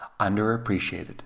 underappreciated